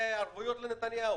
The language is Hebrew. ובערבויות לנתניהו.